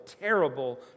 terrible